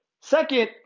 Second